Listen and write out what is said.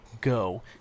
go